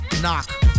Knock